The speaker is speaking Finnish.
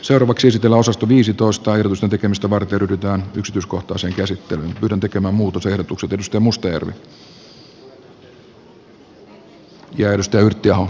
seuravaksi sitä osasto viisitoista ehdotusten tekemistä varten ryhdytään yksityiskohtaisen itse myöntänyt rakennepaketin perustuvan pitkälti uskomuksiin